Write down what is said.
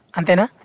Antena